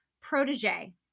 protege